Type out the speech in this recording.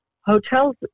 hotels